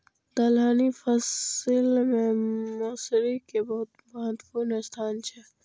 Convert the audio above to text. दलहनी फसिल मे मौसरी के बहुत महत्वपूर्ण स्थान छै